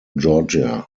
georgia